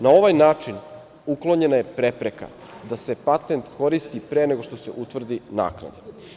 Na ovaj način uklonjena je prepreka da se patent koristi pre nego što se utvrdi naknada.